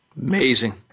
Amazing